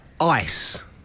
Ice